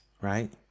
right